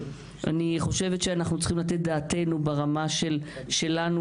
אני חושבת שצריכים לתת דעתנו ברמה שלנו